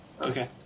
Okay